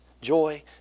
joy